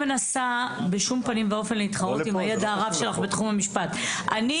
זה מה שאני אומרת.